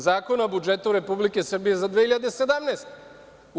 Zakona o budžetu Republike Srbije za 2017. godinu.